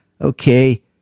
okay